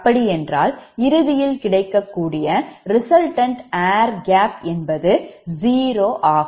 அப்படி என்றால் இறுதியில் கிடைக்கக்கூடிய resultant air gap என்பது ஜீரோ ஆகும்